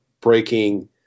breaking